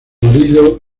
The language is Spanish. marido